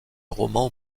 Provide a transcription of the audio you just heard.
romans